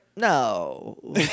No